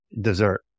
dessert